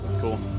Cool